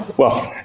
well,